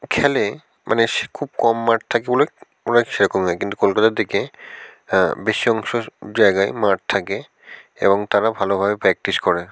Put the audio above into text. খেলে মানে সে খুব কম মাঠ থাকে বলে ওরা সেরকম নয় কিন্তু কলকাতার দিকে হ্যাঁ বেশি অংশ জায়গায় মাঠ থাকে এবং তারা ভালোভাবে প্র্যাকটিস করে